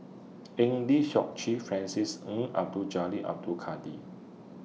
Eng Lee Seok Chee Francis Ng Abdul Jalil Abdul Kadir